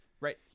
Right